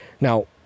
now